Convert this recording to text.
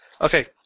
Okay